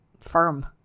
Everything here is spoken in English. firm